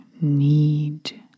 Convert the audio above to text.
need